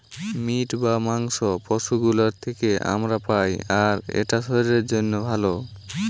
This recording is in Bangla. মিট বা মাংস পশু গুলোর থিকে আমরা পাই আর এটা শরীরের জন্যে ভালো